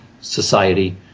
society